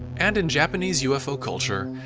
and in japanese ufo culture,